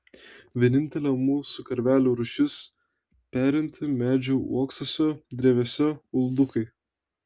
vienintelė mūsų karvelių rūšis perinti medžių uoksuose drevėse uldukai